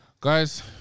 guys